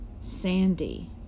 Sandy